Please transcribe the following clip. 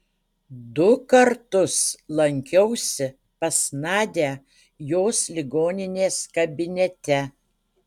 du kartus lankiausi pas nadią jos ligoninės kabinete